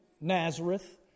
Nazareth